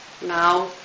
now